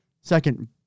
Second